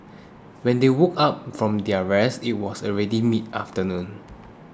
when they woke up from their rest it was already mid afternoon